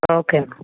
ஓகேம்மா